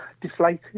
deflated